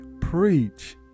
Preach